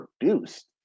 produced